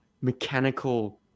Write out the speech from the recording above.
mechanical